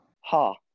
Ha